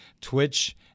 Twitch